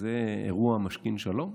זה אירוע משכין שלום?